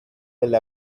will